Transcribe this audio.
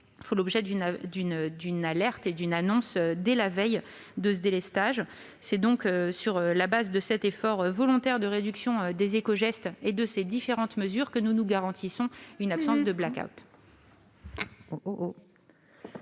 font l'objet d'une annonce la veille du délestage. C'est donc sur la base de cet effort volontaire de réduction, des éco-gestes et de ces différentes mesures que nous nous garantissons une absence de blackout.